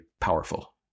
powerful